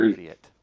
Idiot